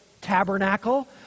tabernacle